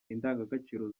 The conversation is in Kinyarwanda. indangagaciro